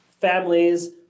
families